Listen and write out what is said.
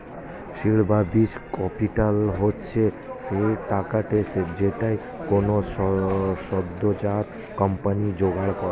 seed বা বীজ capital হচ্ছে সেই টাকাটা যেইটা কোনো সদ্যোজাত কোম্পানি জোগাড় করে